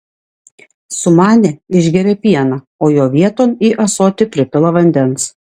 sumanę išgeria pieną o jo vieton į ąsotį pripila vandens